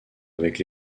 avec